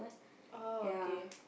oh okay